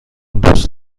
دوست